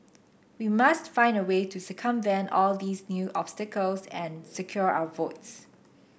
we must find a way to circumvent all these new obstacles and secure our votes